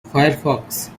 firefox